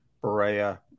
Berea